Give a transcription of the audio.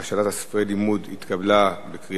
לימוד (תיקון מס' 6) (חובת קיום הצבעה),